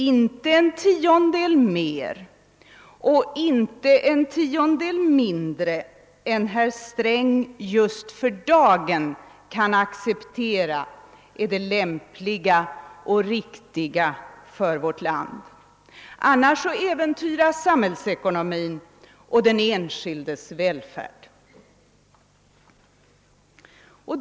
Inte en tiondel mer och inte en tiondel mindre än herr Sträng just för dagen kan acceptera är det lämpliga och riktiga för vårt land. Annars äventyras samhällsekonomin och den enskildes välfärd.